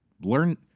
learn